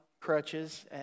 crutches